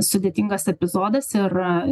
sudėtingas epizodas ir